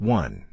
one